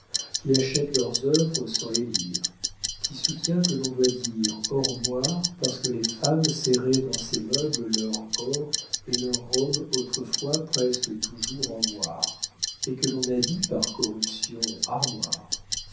qui achète leurs œuvres sans les lire qui soutient que l'on doit dire ormoire parce que les femmes serraient dans ces meubles leur or et leurs robes autrefois presque toujours en moire et que l'on a dit par corruption armoire